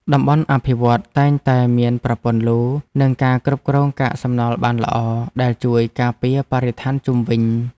តំបន់អភិវឌ្ឍន៍តែងតែមានប្រព័ន្ធលូ និងការគ្រប់គ្រងកាកសំណល់បានល្អ ដែលជួយការពារបរិស្ថានជុំវិញ។